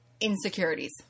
insecurities